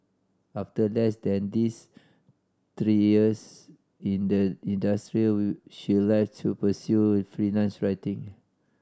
after less than these three years in the industry will she left to pursue freelance writing